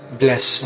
bless